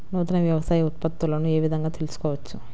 నూతన వ్యవసాయ ఉత్పత్తులను ఏ విధంగా తెలుసుకోవచ్చు?